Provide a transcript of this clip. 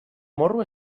morro